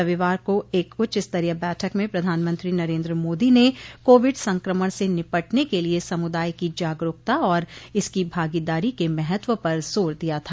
रविवार को एक उच्चस्तरीय बैठक में प्रधानमंत्री नरेन्द्र मोदी ने कोविड संक्रमण से निपटने के लिए समुदाय की जागरुकता और इसकी भागीदारी के महत्व पर जोर दिया था